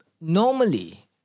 normally